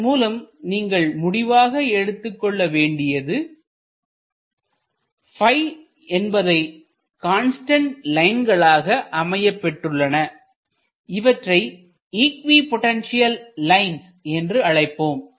இதன் மூலம் நீங்கள் முடிவாக எடுத்துக் கொள்ள வேண்டியது என்பவை கான்ஸ்டன்ட் லைன்களாக அமையப்பெற்றுள்ளன இவற்றை இக்வி பொட்டன்ஷியல் லைன் என்று அழைப்போம்